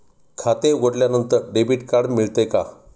खाते उघडल्यानंतर debit card मिळते का?